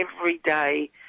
everyday